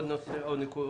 מ/1378,